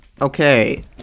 Okay